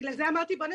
בגלל זה אמרתי בואו,